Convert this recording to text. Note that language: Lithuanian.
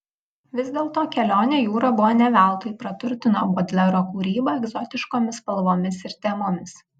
vis dėlto kelionė jūra buvo ne veltui praturtino bodlero kūrybą egzotiškomis spalvomis ir temomis